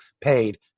paid